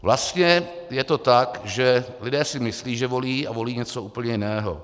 Vlastně je to tak, že lidé si myslí, že volí, a volí něco úplně jiného.